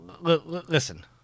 listen